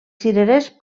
cirerers